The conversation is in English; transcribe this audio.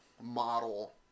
model